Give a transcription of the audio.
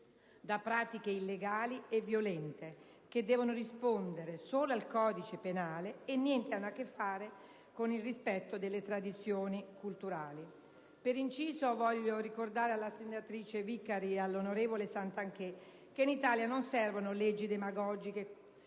da pratiche illegali e violente, che devono rispondere solo al codice penale e niente hanno a che vedere con il rispetto delle tradizioni culturali. Per inciso, voglio ricordare alla senatrice Vicari e all'onorevole Santanchè che in Italia non servono leggi demagogiche